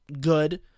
good